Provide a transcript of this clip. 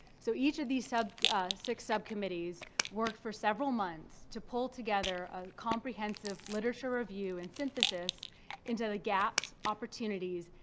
so each of these six subcommittees worked for several months to pull together a comprehensive literature review and synthesis into the gaps, opportunities,